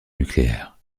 nucléaires